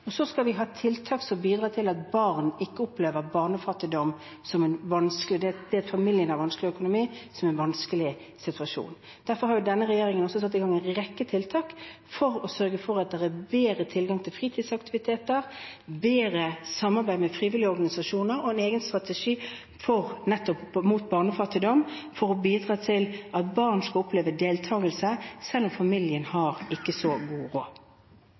og så skal vi ha tiltak som bidrar til at barn ikke opplever barnefattigdom, det at familien har vanskelig økonomi, som en vanskelig situasjon. Derfor har denne regjeringen også satt i gang en rekke tiltak for å sørge for at det er bedre tilgang til fritidsaktiviteter, bedre samarbeid med frivillige organisasjoner og en egen strategi nettopp mot barnefattigdom for å bidra til at barn skal oppleve deltakelse selv om familien ikke har så god råd.